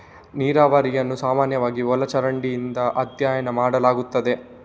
ನೀರಾವರಿಯನ್ನು ಸಾಮಾನ್ಯವಾಗಿ ಒಳ ಚರಂಡಿಯೊಂದಿಗೆ ಅಧ್ಯಯನ ಮಾಡಲಾಗುತ್ತದೆ